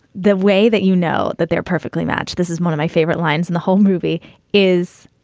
the way that you know, that they're perfectly match this is one of my favorite lines in the whole movie is